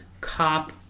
Cop